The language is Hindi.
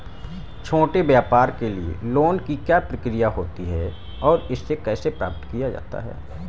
छोटे व्यापार के लिए लोंन की क्या प्रक्रिया होती है और इसे कैसे प्राप्त किया जाता है?